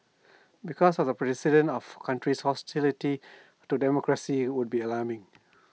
because of the of countries hostile to democracy would be alarming